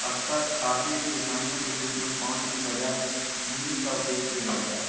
अक्सर खाते की इकाइयों के रूप में पाउंड के बजाय गिनी का उपयोग किया जाता है